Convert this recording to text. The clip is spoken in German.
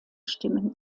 stimmen